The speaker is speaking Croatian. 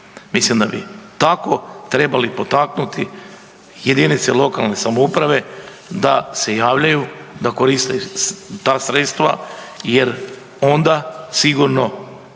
Mislim da bi tako trebali potaknuti JLS-ove da se javljaju, da koriste ta sredstva jer onda sigurno